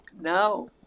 Now